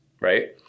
right